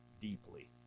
deeply